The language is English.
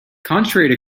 contrary